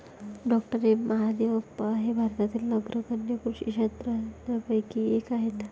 डॉ M Mahadevappa हे भारतातील अग्रगण्य कृषी शास्त्रज्ञांपैकी एक आहेत